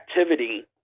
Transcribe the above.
activity